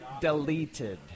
deleted